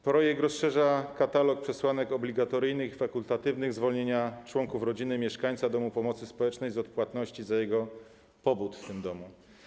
Projekt rozszerza katalog przesłanek obligatoryjnego i fakultatywnego zwolnienia członków rodziny mieszkańca domu pomocy społecznej z odpłatności za jego pobyt w tym domu.